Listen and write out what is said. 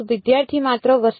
વિદ્યાર્થી માત્ર વસ્તુ